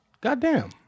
Goddamn